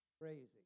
Crazy